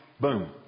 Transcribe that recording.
boom